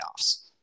playoffs